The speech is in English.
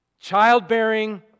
Childbearing